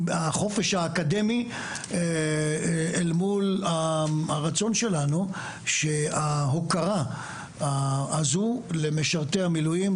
החופש האקדמי אל מול הרצון שלנו שההוקרה הזו למשרתי המילואים,